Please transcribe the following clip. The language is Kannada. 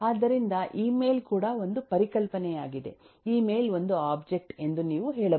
ಆದ್ದರಿಂದ ಇಮೇಲ್ ಕೂಡ ಒಂದು ಪರಿಕಲ್ಪನೆಯಾಗಿದೆ ಇಮೇಲ್ ಒಂದು ಒಬ್ಜೆಕ್ಟ್ ಎಂದು ನೀವು ಹೇಳಬಹುದು